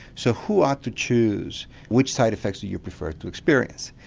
so who ought to choose which side effects you prefer to experience?